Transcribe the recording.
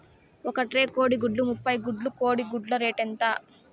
ఒక ట్రే కోడిగుడ్లు ముప్పై గుడ్లు కోడి గుడ్ల రేటు ఎంత?